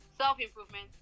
self-improvement